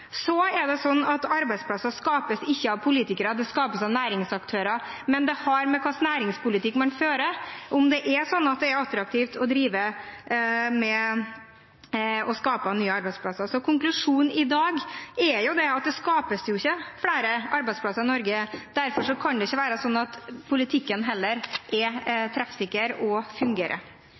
Arbeidsplasser skapes ikke av politikere, de skapes av næringsaktører. Men hvorvidt det er attraktivt å skape nye arbeidsplasser, har med hva slags næringspolitikk man fører å gjøre. Så konklusjonen i dag er at det ikke skapes flere arbeidsplasser i Norge, og derfor kan det heller ikke være sånn at politikken er treffsikker og fungerer.